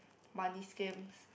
money scams